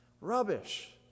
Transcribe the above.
Rubbish